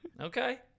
Okay